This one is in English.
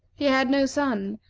he had no son,